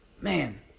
Man